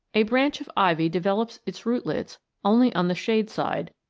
a branch of ivy develops its rootlets only on the shade-side,